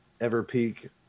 EverPeak